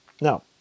now